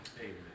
Amen